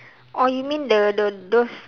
oh you mean the the those